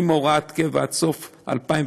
עם הוראת שעה עד סוף 2017,